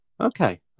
Okay